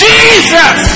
Jesus